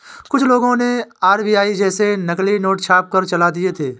कुछ लोगों ने आर.बी.आई जैसे नकली नोट छापकर चला दिए थे